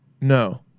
No